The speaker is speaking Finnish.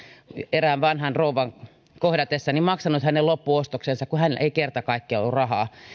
erään vanhan rouvan kohdatessani maksanut hänen loppuostoksensa kun hänellä ei kerta kaikkiaan ollut rahaa